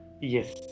yes